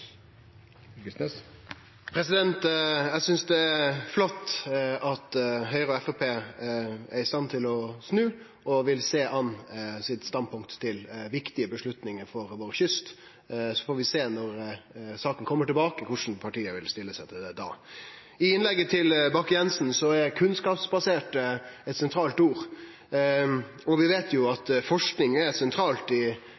det. Eg synest det er flott at Høgre og Framstegspartiet er i stand til å snu og vil sjå an sitt standpunkt til viktige avgjerder for vår kyst. Så får vi sjå når saka kjem tilbake, korleis partia vil stille seg til det da. I innlegget til Bakke-Jensen er kunnskapsbasert eit sentralt ord, og vi veit at forsking er sentralt i